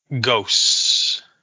Ghosts